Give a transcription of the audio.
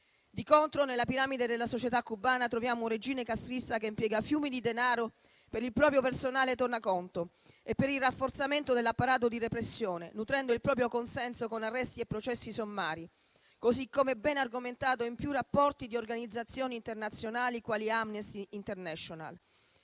Di contro, nella piramide della società cubana, troviamo un regime castrista che impiega fiumi di denaro per il proprio personale tornaconto e per il rafforzamento dell'apparato di repressione, nutrendo il proprio consenso con arresti e processi sommari, così come ben argomentato in più rapporti di organizzazioni internazionali quali Amnesty International.